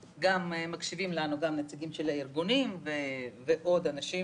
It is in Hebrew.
מקשיבים לנו גם נציגים של הארגונים ועוד אנשים